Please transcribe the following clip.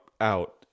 out